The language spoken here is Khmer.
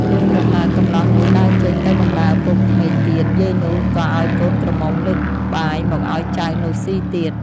លុះព្រឹកឡើង កម្លោះនោះដើរចេញទៅបំរើឪពុកក្មេកទៀត យាយនោះក៏ឱ្យកូនក្រមុំលើកបាយមកឱ្យចៅនោះស៊ីទៀត